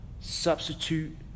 substitute